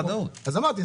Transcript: אז אמרתי,